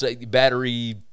battery